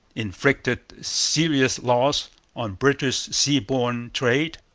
inflicted serious loss on british sea-borne trade,